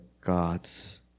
God's